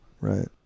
right